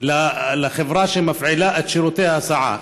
לחברה שמפעילה את שירותי ההסעה,